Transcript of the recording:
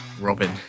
Robin